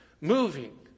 moving